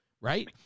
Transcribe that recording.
right